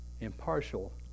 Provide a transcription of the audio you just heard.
impartial